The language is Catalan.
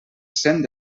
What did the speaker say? cent